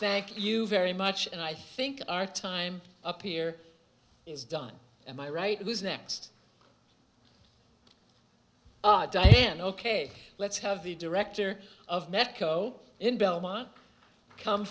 thank you very much and i think our time up here is done and my right who's next are diane ok let's have the director of necco in belmont come